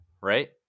right